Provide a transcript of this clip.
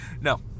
No